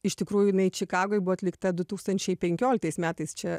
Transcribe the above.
iš tikrųjų jinai čikagoj buvo atlikta du tūkstančiai penkioliktais metais čia